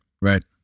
Right